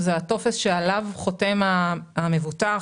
שזה הטופס שעליו חותם המבוטח,